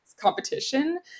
competition